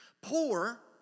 Poor